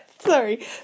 sorry